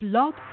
Blog